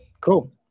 cool